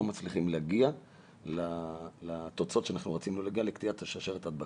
לא מצליחים להגיע לתוצאות שאנחנו רצינו להגיע לקטיעת שרשרת ההדבקה.